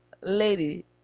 lady